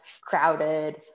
crowded